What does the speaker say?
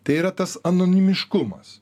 tai yra tas anonimiškumas